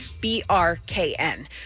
B-R-K-N